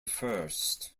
first